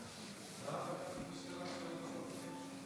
רבותי חברי הכנסת,